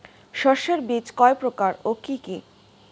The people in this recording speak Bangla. শস্যের বীজ কয় প্রকার ও কি কি?